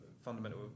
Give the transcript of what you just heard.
fundamental